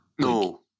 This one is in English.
No